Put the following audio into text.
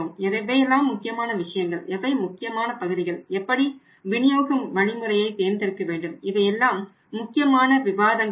எவையெல்லாம் முக்கியமான விஷயங்கள் எவை முக்கியமான பகுதிகள் எப்படி விநியோக வழிமுறையை தேர்ந்தெடுக்க வேண்டும் இவையெல்லாம் முக்கியமான விவாதங்களாகும்